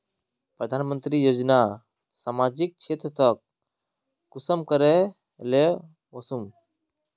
प्रधानमंत्री योजना सामाजिक क्षेत्र तक कुंसम करे ले वसुम?